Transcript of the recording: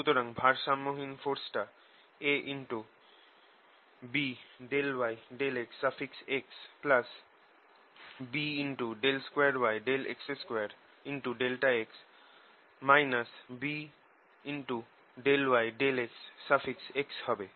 সুতরাং ভারসাম্যহীন ফোরস টা AB∂y∂xx B2yx2∆x B∂y∂xx হবে